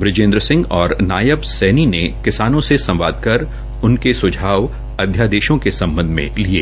बजेन्द्र सिंह और नायब सैनी ने किसानों से संवाद कर उनके स्झाव अध्यादेशों के सम्बध में लिये